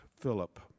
Philip